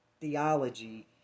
theology